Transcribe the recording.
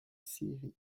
scierie